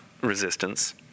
resistance